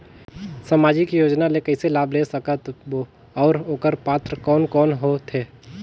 समाजिक योजना ले कइसे लाभ ले सकत बो और ओकर पात्र कोन कोन हो थे?